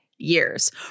years